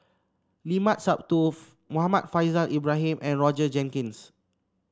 Limat Sabtuf Muhammad Faishal Ibrahim and Roger Jenkins